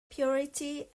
purity